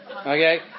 Okay